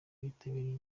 bitabiriye